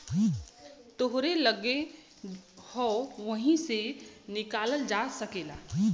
तोहरे लग्गे हौ वही से निकालल जा सकेला